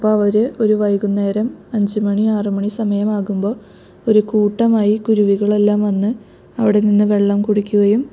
അപ്പം അവർ ഒരു വൈകുന്നേരം അഞ്ച് മണി ആറ് മണി സമയമാകുമ്പോൾ ഒരു കൂട്ടമായി കുരുവികളെല്ലാം വന്ന് അവിടെ നിന്ന് വെള്ളം കുടിക്കുകയും